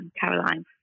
Caroline